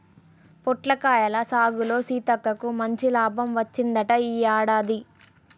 పొట్లకాయల సాగులో సీతక్కకు మంచి లాభం వచ్చిందంట ఈ యాడాది